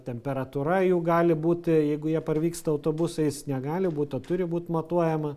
temperatūra jų gali būti jeigu jie parvyksta autobusais negali būt o turi būt matuojama